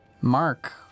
Mark